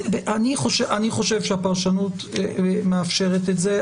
אני חושב שהפרשנות מאפשרת את זה,